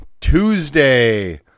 Tuesday